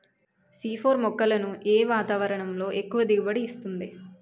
C four మొక్కలను ఏ వాతావరణంలో ఎక్కువ దిగుబడి ఇస్తుంది?